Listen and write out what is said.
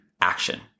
action